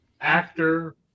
Actor